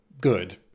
good